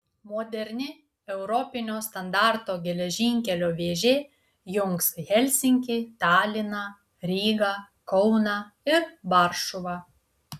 moderni europinio standarto geležinkelio vėžė jungs helsinkį taliną rygą kauną ir varšuvą